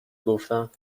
گفتم